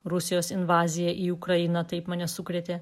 rusijos invazija į ukrainą taip mane sukrėtė